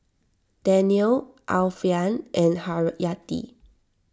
Daniel Alfian and Haryati